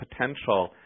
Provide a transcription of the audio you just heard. potential –